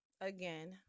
Again